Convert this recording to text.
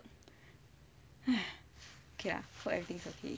okay lah hope everything's okay